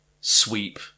sweep